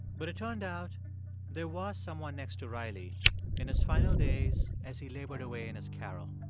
but it turned out there was someone next to riley in his final days as he labored away in his carrel.